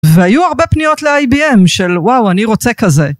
והיו הרבה פניות לאי.בי.אם של וואו אני רוצה כזה.